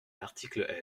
l’article